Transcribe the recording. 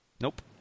Nope